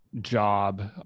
job